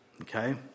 Okay